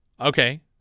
okay